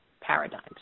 paradigms